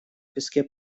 песке